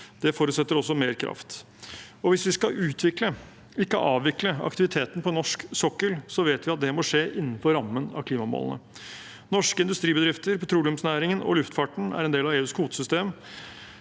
Det forutsetter også mer kraft. Hvis vi skal utvikle, ikke avvikle, aktiviteten på norsk sokkel, vet vi at det må skje innenfor rammen av klimamålene. Norske industribedrifter, petroleumsnæringen og luftfarten er en del av EUs kvotesystem,